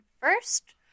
first